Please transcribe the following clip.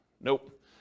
nope